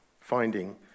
finding